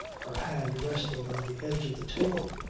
her hand resting on the edge of the table,